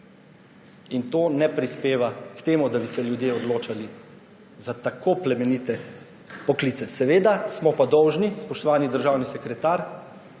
in to ne prispeva k temu, da bi se ljudje odločali za tako plemenite poklice. Seveda smo pa dolžni, spoštovani državni sekretar